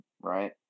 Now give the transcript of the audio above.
right